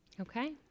Okay